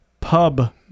Pub